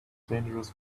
dangerous